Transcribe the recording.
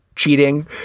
cheating